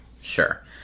Sure